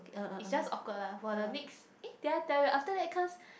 it's just awkward lah for the next eh did I tell you after that because